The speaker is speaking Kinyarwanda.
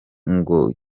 ngo